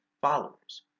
followers